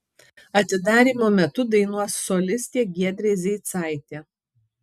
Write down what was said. atidarymo metu dainuos solistė giedrė zeicaitė